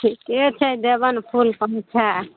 ठीके छै देबनि फुल पहुँचाए